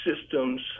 systems